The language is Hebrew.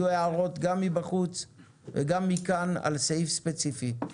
יהיו הערות גם מבחוץ וגם מכאן על סעיף ספציפי.